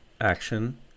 action